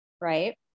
right